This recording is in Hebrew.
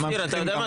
אופיר, אתה יודע מה